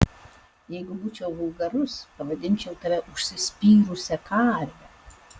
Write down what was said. jeigu būčiau vulgarus pavadinčiau tave užsispyrusia karve